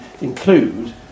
include